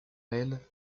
elle